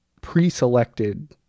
pre-selected